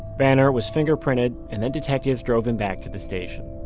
vanner was fingerprinted and then detectives drove him back to the station.